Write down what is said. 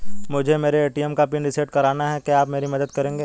मुझे मेरे ए.टी.एम का पिन रीसेट कराना है क्या आप मेरी मदद करेंगे?